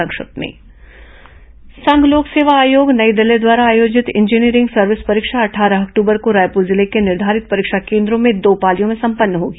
संक्षिप्त समाचार संघ लोक सेवा आयोग नई दिल्ली द्वारा आयोजित इंजीनियरिंग सर्विस परीक्षा अट्ठारह अक्टूबर को रायपुर जिले के निर्धारित परीक्षा केन्द्रों में दो पालियों में संपन्न होगी